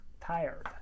tired